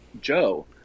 Joe